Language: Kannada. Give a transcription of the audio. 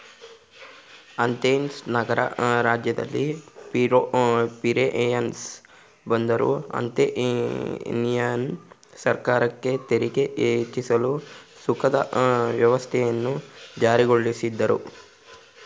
ಅಥೆನ್ಸ್ ನಗರ ರಾಜ್ಯದಲ್ಲಿ ಪಿರೇಯಸ್ ಬಂದರು ಅಥೆನಿಯನ್ ಸರ್ಕಾರಕ್ಕೆ ತೆರಿಗೆ ಹೆಚ್ಚಿಸಲು ಸುಂಕದ ವ್ಯವಸ್ಥೆಯನ್ನು ಜಾರಿಗೊಳಿಸಿದ್ರು